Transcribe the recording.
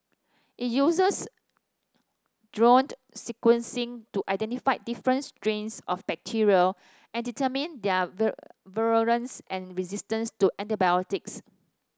it uses sequencing to identify different strains of bacteria and determine their virulence and resistance to antibiotics